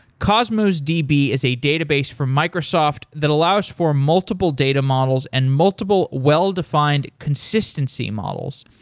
cosmos db is a database from microsoft that allows for multiple data models and multiple well defined consistency models.